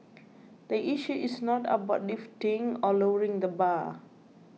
the issue is not about lifting or lowering the bar